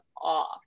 off